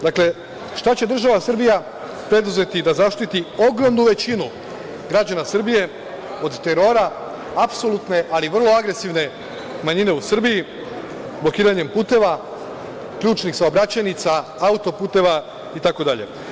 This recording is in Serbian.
Dakle, šta će država Srbija preduzeti da zaštiti ogromnu većinu građana Srbije od terora apsolutne, ali vrlo agresivne manjine u Srbiji, blokiranjem puteva ključnih saobraćajnica, autoputeva itd.